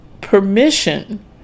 permission